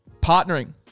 Partnering